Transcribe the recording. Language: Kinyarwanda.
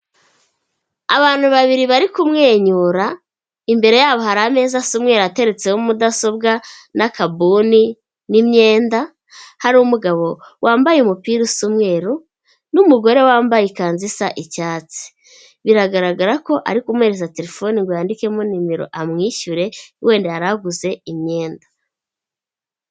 Abantu babiri bari kumwenyura imbere yabo hari ameza asa umweru ateretseho mudasobwa n'akaboni n'imyenda hari umugabo wambaye umupira usa umweruru n'umugore wambaye ikanzu isa icyatsi, biragaragara ko ari kumehereza telefone ngo yandikemo nimero amwishyure wenda yari aguze imyenda.